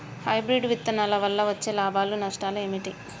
Hybrid విత్తనాల వల్ల వచ్చే లాభాలు నష్టాలు ఏమిటి?